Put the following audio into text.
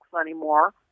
anymore